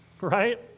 right